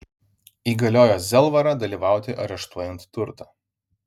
įgaliojo zelvarą dalyvauti areštuojant turtą